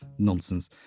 Nonsense